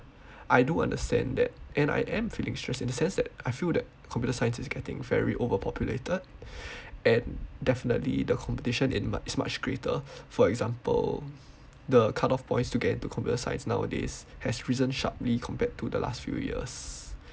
I do understand that and I am feeling stressed in the sense that I feel that computer science is getting very over populated and definitely the competition in much is much greater for example the cut off points to get into computer science nowadays has risen sharply compared to the last few years